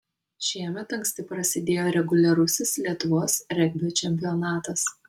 šiemet anksti prasidėjo reguliarusis lietuvos regbio čempionatas